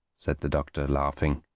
said the doctor, laughing,